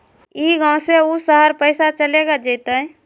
ई गांव से ऊ शहर पैसा चलेगा जयते?